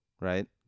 Right